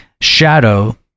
shadow